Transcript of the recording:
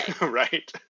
Right